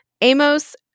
Amos